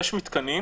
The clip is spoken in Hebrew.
יש מתקנים